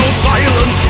silent